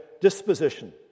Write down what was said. disposition